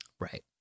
Right